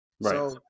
Right